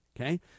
okay